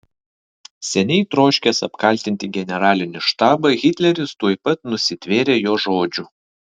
seniai troškęs apkaltinti generalinį štabą hitleris tuoj pat nusitvėrė jo žodžių